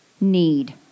need